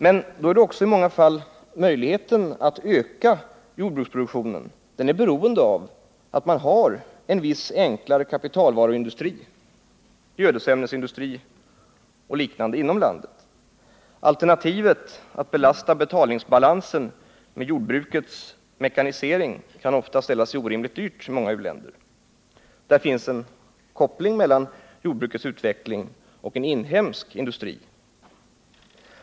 Men i många fall är möjligheten att öka jordbruksproduktionen beroende av att man har en viss enklare kapitalvaruindustri, gödningsämnesindustri och liknande, inom landet. Alternativet att belasta betalningsbalansen med jordbrukets mekanisering kan ofta ställa sig orimligt dyrt för många u-länder. Det finns en koppling mellan jordbrukets utveckling och en inhemsk industri.